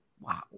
Wow